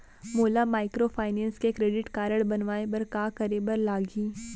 मोला माइक्रोफाइनेंस के credit card बनवाए बर का करे बर लागही?